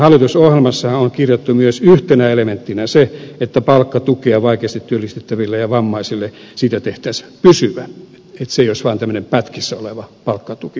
hallitusohjelmassahan on kirjattu myös yhtenä elementtinä se että palkkatuesta vaikeasti työllistettäville ja vammaisille tehtäisiin pysyvä niin että se ei olisi vain tämmöinen pätkissä oleva palkkatuki